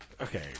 Okay